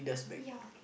ya